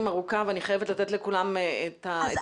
ארוכה ואני חייבת לתת לכולם את הזכות הזאת.